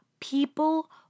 People